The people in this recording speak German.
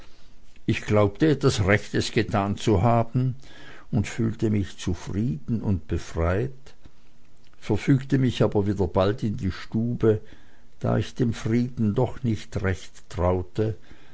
ich glaubte etwas rechtes getan zu haben und fühlte mich zufrieden und befreit verfügte mich aber bald wieder in die stabe da ich dem frieden doch nicht recht traute